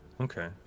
Okay